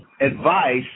advice